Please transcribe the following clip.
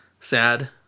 sad